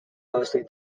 mostly